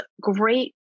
great